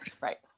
Right